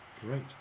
Great